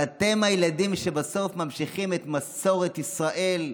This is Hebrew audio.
אתם הילדים שבסוף ממשיכים את מסורת ישראל,